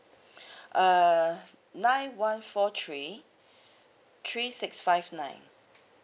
err nine one four three three six five nine